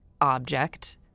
object